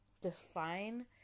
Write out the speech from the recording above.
define